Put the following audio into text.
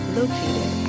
located